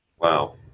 Wow